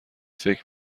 فکر